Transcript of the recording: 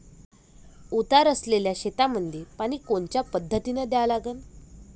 उतार असलेल्या शेतामंदी पानी कोनच्या पद्धतीने द्या लागन?